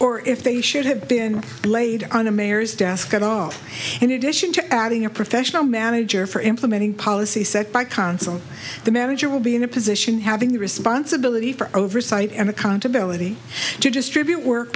or if they should have been laid on the mayor's desk at all in addition to adding a professional manager for implementing policy set by consulate the manager will be in a position having the responsibility for oversight and accountability to distribute work